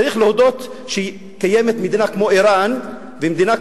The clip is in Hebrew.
צריך להודות שקיימת מדינה כמו אירן וקיימת מדינה